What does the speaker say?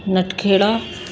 Natkhera